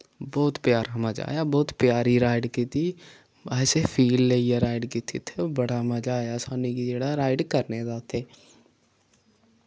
बहुत प्यारा मजा आया बहुत प्यारी राइड कीती असें फील लेइयै राइड कीती उत्थै बड़ा मजा आया साह्नूं कि जेह्ड़ा राइड करने दा उत्थै